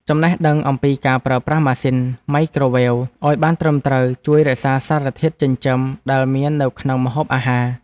ចំណេះដឹងអំពីការប្រើប្រាស់ម៉ាស៊ីន ម៉ៃក្រូវ៉េវ ឱ្យបានត្រឹមត្រូវជួយរក្សាសារធាតុចិញ្ចឹមដែលមាននៅក្នុងម្ហូបអាហារ។